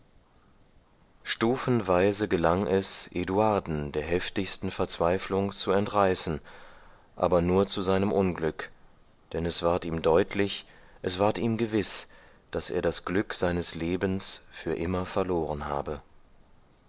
stufenweise gelang es eduarden der heftigsten verzweiflung zu entreißen aber nur zu seinem unglück denn es ward ihm deutlich es ward ihm gewiß daß er das glück seines lebens für immer verloren habe